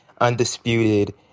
undisputed